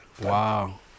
Wow